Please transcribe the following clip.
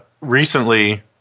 recently –